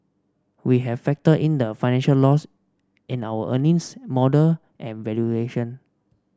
we have factored in the financial loss in our earnings model and valuation